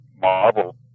marble